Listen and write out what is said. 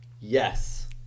yes